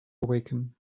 awaken